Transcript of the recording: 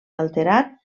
alterat